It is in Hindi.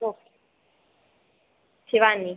ओके शिवानी